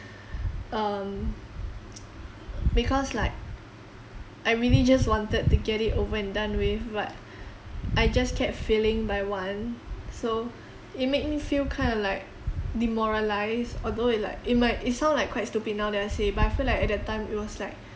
um because like I really just wanted to get it over and done with but I just kept failing by one so it made me feel kind of like demoralised although it like in might it sound like quite stupid now that I say but I feel like at that time it was like